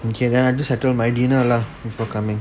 okay then I just settle my dinner lah before coming